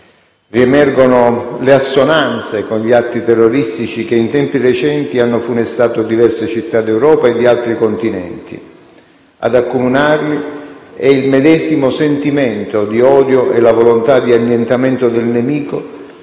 Riemergono le assonanze con gli atti terroristici che in tempi recenti hanno funestato diverse città d'Europa e di altri Continenti. Ad accomunarli è il medesimo sentimento di odio e la volontà di annientamento del nemico,